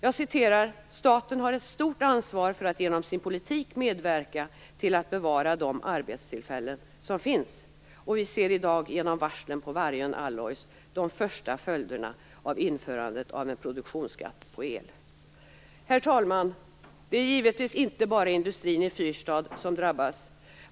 De skriver: Staten har ett stort ansvar för att genom sin politik medverka till att bevara de arbetstillfällen som finns. Vi ser i dag genom varslen på Vargön Alloys de första följderna av införandet av en produktionsskatt på el. Herr talman! Det är givetvis inte bara industrin i fyrstadsområdet som drabbas.